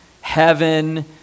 heaven